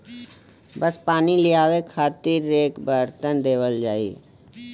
बस पानी लियावे खातिर एक बरतन देवल जाई